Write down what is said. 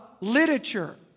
literature